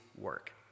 work